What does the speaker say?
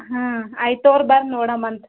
ಹಾಂ ಆಯ್ತೋರಿ ಬಂದು ನೋಡಮ ಅಂತೆ